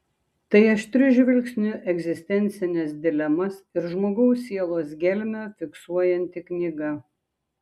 tai aštriu žvilgsniu egzistencines dilemas ir žmogaus sielos gelmę fiksuojanti knyga